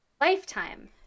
lifetime